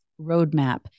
Roadmap